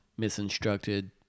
misinstructed